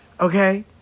Okay